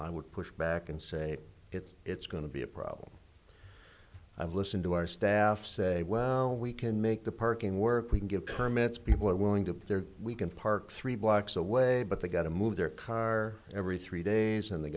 i would push back and say it's it's going to be a problem i've listened to our staff say well we can make the parking work we can give kermit's people are willing to be there we can park three blocks away but they got to move their car every three days and they